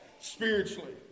spiritually